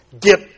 get